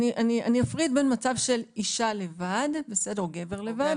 אני אפריד בין מצב של אישה לבד או גבר לבד,